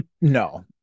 no